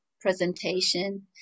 presentation